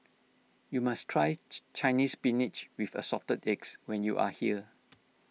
you must try Chinese Spinach with Assorted Eggs when you are here